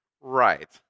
Right